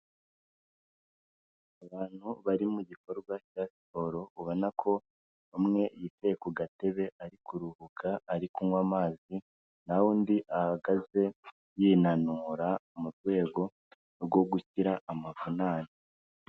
Abantu bari mu gikorwa cya siporo ubona ko umwe yicaye ku gatebe ari kuruhuka ari kunywa amazi, naho undi ahagaze y'inanura mu rwego rwo gukira amavunane.